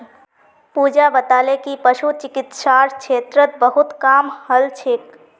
पूजा बताले कि पशु चिकित्सार क्षेत्रत बहुत काम हल छेक